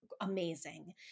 Amazing